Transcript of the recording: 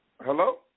Hello